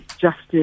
justice